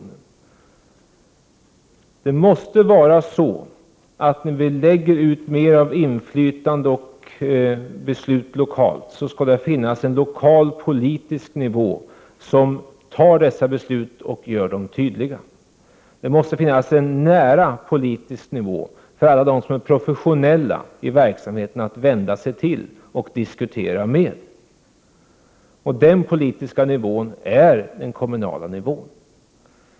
När vi lägger ut mer av inflytande och beslut lokalt skall det finnas en lokal politisk nivå där besluten fattas och görs tydliga. Det måste finnas en nära politisk nivå för alla dem som är professionella i verksamheten. Här skall alltså finnas någon som de kan vända sig till och diskutera med. Den politiska nivån är den kommunala nivån.